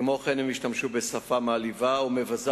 כמו כן הם השתמשו בשפה מעליבה ומבזה